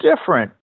different